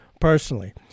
personally